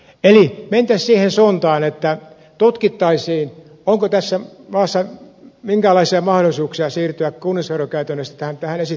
eli mentäisiin siihen suuntaan että tutkittaisiin onko tässä maassa minkäänlaisia mahdollisuuksia siirtyä kunnallisverokäytännöstä tähän esittämääni tapaan